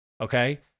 okay